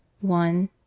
One